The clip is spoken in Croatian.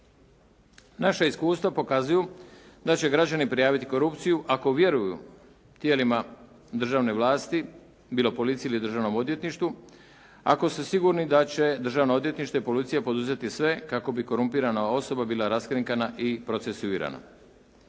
Naša iskustva pokazuju da će građani prijaviti korupciju ako vjeruju tijelima državne vlasti, bilo policiji ili Državnom odvjetništvu, ako su sigurni da će Državno odvjetništvo i policija poduzeti sve kako bi korumpirana osoba bila raskrinkana i procesuirana.